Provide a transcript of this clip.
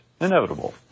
inevitable